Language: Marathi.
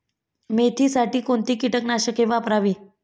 मेथीसाठी कोणती कीटकनाशके वापरावी?